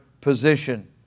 position